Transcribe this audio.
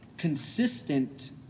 consistent